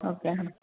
okay